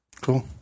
Cool